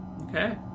Okay